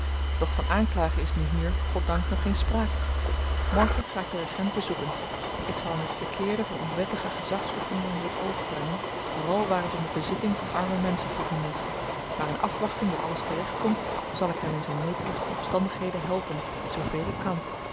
doch van aanklagen is nu hier goddank nog geen spraak morgen ga ik den regent bezoeken ik zal hem t verkeerde van onwettige gezagsoefening onder t oog brengen vooral waar t om de bezitting van arme menschen te doen is maar in afwachting dat alles te-recht komt zal ik hem in zyn netelige omstandigheden helpen zooveel ik kan